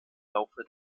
laufe